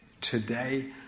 today